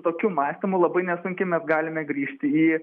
su tokiu mąstymu labai nesunkiai mes galime grįžti į